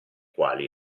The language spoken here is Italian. quali